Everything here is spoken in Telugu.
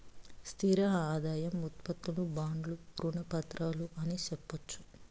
స్థిర ఆదాయం ఉత్పత్తులు బాండ్లు రుణ పత్రాలు అని సెప్పొచ్చు